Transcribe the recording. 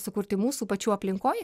sukurti mūsų pačių aplinkoj